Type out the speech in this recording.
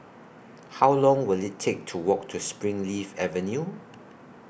How Long Will IT Take to Walk to Springleaf Avenue